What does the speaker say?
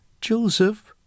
Joseph